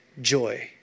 joy